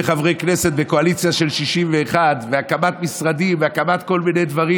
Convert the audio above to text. חברי כנסת וקואליציה של 61 והקמת משרדים והקמת כל מיני דברים,